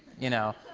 you know,